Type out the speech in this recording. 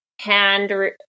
hand